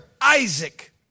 Isaac